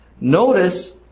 notice